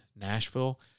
Nashville